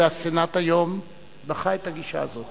והסנאט היום דחה את הגישה הזאת.